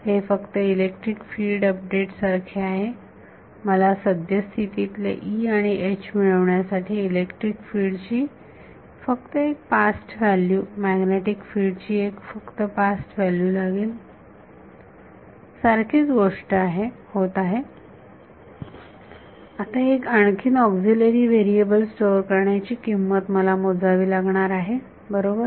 हे फक्त electric field update सारखे आहे मला सद्यस्थितीतले E आणि H मिळवण्यासाठी इलेक्ट्रिक फील्ड ची फक्त एक पास्ट व्हॅल्यू मॅग्नेटिक फील्ड ची फक्त एक पास्ट व्हॅल्यू लागेल सारखेच गोष्ट होत आहे आता एक आणखीन ऑक्सिलरी वेरिएबल स्टोअर करण्याची किंमत मला मोजावी लागणार आहे बरोबर